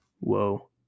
whoa